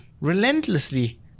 relentlessly